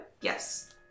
Yes